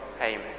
Amen